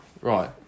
Right